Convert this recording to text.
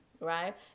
right